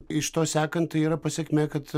iš to sekant tai yra pasekmė kad